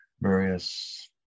various